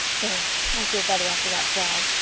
there, i feel better, after that growl.